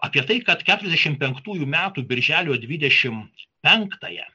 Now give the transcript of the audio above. apie tai kad keturiasdešimt penktųjų metų birželio dvidešimt penktąją